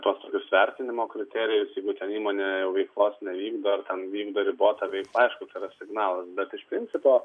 tuos tokius vertinimo kriterijus jeigu ten įmonė jau veiklos nevykdo ar ten vykdo ribotą veiklą aišku tai yra signalas bet iš principo